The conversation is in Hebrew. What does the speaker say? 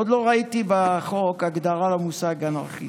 עוד לא ראיתי בחוק הגדרה למושג אנרכיסט,